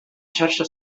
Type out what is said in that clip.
xarxa